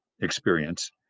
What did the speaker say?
experience